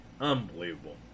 Unbelievable